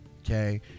Okay